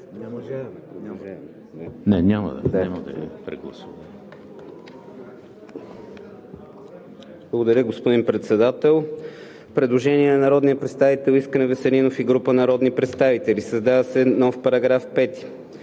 ЦИПОВ: Благодаря, господин Председател. Предложение на народния представител Искрен Веселинов и група народни представители: „Създава се нов § 5: § 5.